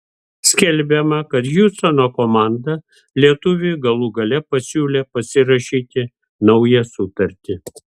skelbiama kad hjustono komanda lietuviui galų gale pasiūlė pasirašyti naują sutartį